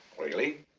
really?